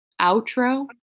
outro